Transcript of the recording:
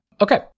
Okay